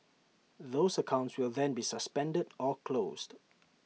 those accounts will then be suspended or closed